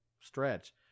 stretch